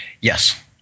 Yes